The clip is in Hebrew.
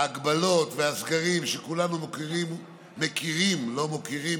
ההגבלות והסגרים שכולנו מכירים לא מוקירים,